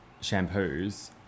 shampoos